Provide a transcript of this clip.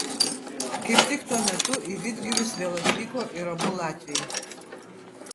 kaip tik tuo metu į vidgirius vėl atvyko ir abu latviai